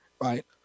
right